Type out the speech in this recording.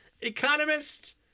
economist